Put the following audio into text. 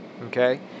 Okay